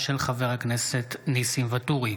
חבר הכנסת ניסים ואטורי.